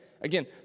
Again